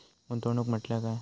गुंतवणूक म्हटल्या काय?